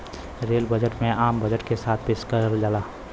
rail budget में आम budget के साथ पेश करल जाला